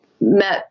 met